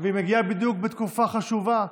שמגיעה בדיוק בתקופה חשובה,